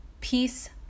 Peace